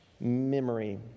memory